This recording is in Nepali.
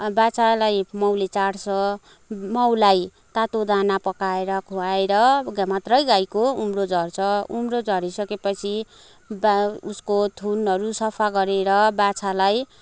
बाछालाई माउले चाट्छ माउलाई तातो दाना पकाएर खुवाएर मात्र गाईको उम्रो झार्छ उम्रो झरि सकेपछि उसको थुनहरू सफा गरेर बाछालाई